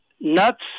nuts